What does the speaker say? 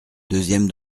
deuxième